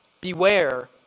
Beware